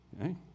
Okay